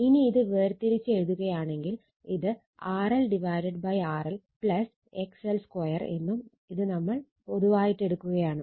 ഇനി ഇത് വേർതിരിച്ച് എഴുതുകയാണെങ്കിൽ ഇത് RL RL XL2 എന്നും ഇത് നമ്മൾ പൊതുവായിട്ടെടുക്കുകയാണ്